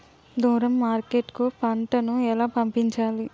దూరం మార్కెట్ కు పంట ను ఎలా పంపించాలి?